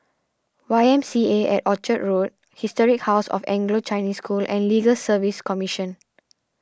Y M C A at Orchard Historic House of Anglo Chinese School and Legal Service Commission